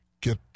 get